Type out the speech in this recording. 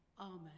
amen